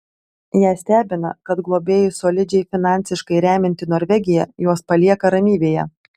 ją stebina kad globėjus solidžiai finansiškai remianti norvegija juos palieka ramybėje